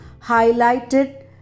highlighted